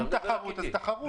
אם תחרות אז תחרות.